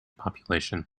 population